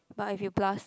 but if you plus